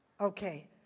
okay